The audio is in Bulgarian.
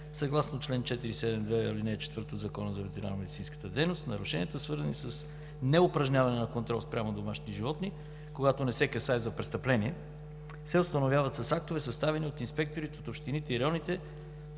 Съгласно чл. 472, ал. 4 от Закона за ветеринарномедицинската дейност нарушенията, свързани с неупражняване на контрол спрямо домашните животни, когато не се касае за престъпление, се установяват с актове, съставени от инспекторите от общините и районите.